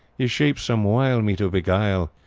ye shape some wile me to beguile,